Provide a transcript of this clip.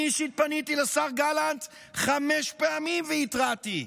אני אישית פניתי לשר גלנט חמש פעמים והתרעתי,